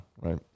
right